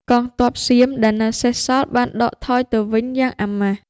កងទ័ពសៀមដែលនៅសេសសល់បានដកថយទៅវិញយ៉ាងអាម៉ាស់។